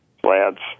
plants